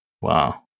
Wow